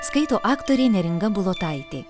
skaito aktorė neringa bulotaitė